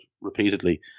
repeatedly